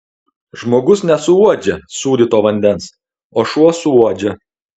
žmogus nesuuodžia sūdyto vandens o šuo suuodžia